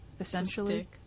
essentially